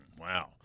Wow